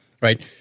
right